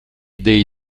dei